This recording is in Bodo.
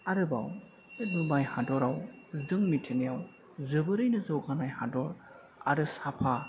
आरोबाव दुबाय हादराव जों मिथिनायआव जोबोरैनो जौगानाय हादर आरो साफा